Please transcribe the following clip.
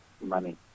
money